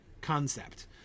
concept